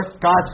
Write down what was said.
God